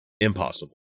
impossible